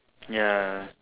ya